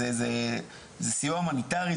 זה סיוע הומניטרי,